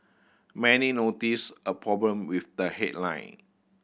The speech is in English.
many noticed a problem with the headline